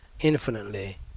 infinitely